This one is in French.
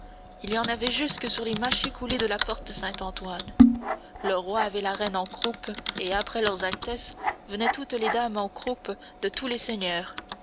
il y en avait jusque sur les mâchicoulis de la porte saint-antoine le roi avait la reine en croupe et après leurs altesses venaient toutes les dames en croupe de tous les seigneurs